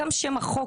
גם שם החוק,